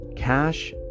Cash